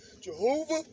Jehovah